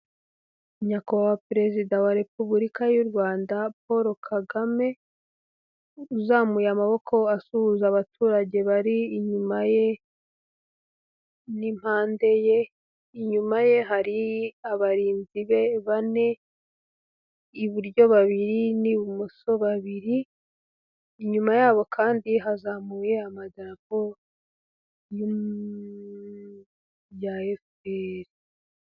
Nyakubahwa Perezida wa Repubulika y'u Rwanda Paul Kagame, uzamuye amaboko asuhuza abaturage bari inyuma ye n'impande ye, inyuma ye hari abarinzi be bane, iburyo babiri n'ibumoso babiri, inyuma yabo kandi hazamuwe amadapo ya FPR.